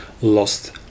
lost